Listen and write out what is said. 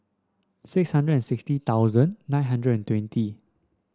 six hundred and sixty thousand nine hundred and twenty